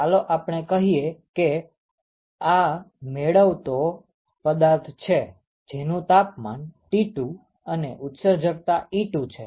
ચાલો આપણે કહીએ કે આ મેળવતો પદાર્થ છે જેનું તાપમાન T2 અને ઉત્સર્જકતા 𝜀2 છે